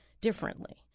differently